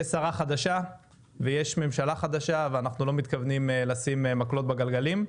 יש שרה חדשה ויש ממשלה חדשה ואנחנו לא מתכוונים לשים מקלות בגלגלים,